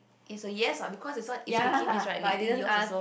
it's a yes lah because this one is kicking with his right leg then yours also